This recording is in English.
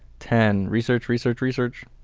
ten, research, research, research.